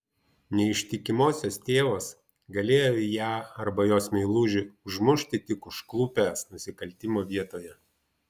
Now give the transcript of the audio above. neištikimosios tėvas galėjo ją arba jos meilužį užmušti tik užklupęs nusikaltimo vietoje